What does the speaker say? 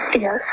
Yes